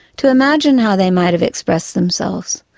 to imagine how they might have expressed themselves,